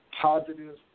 positive